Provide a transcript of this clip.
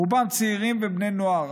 רובם צעירים ובני נוער.